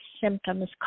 symptoms